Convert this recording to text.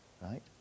right